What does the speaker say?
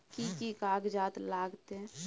कि कि कागजात लागतै?